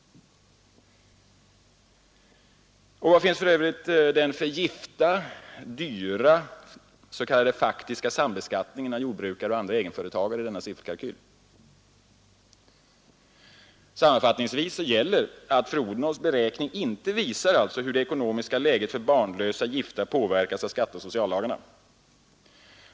Och var i denna sifferkalkyl finns den för gifta dyra, faktiska sambeskattningen av jordbrukare och egenföretagare? Sammanfattningsvis gäller att fru Odhnoffs beräkning inte visar hur det ekonomiska läget för barnlösa gifta påverkas av skatteoch sociallagarna.